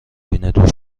دوش